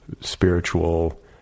spiritual